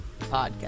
podcast